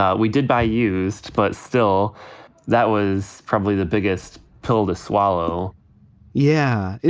ah we did buy used. but still that was probably the biggest pill to swallow yeah. you